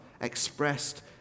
expressed